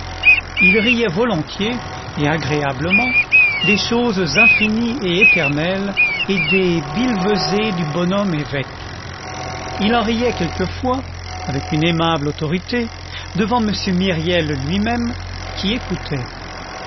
il riait volontiers et agréablement des choses infinies et éternelles et des billevesées du bonhomme évêque il en riait quelquefois avec une aimable autorité devant m myriel lui-même qui écoutait